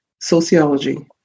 Sociology